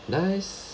nice